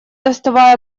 доставая